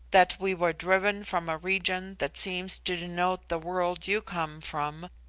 that we were driven from a region that seems to denote the world you come from,